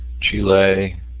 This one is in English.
Chile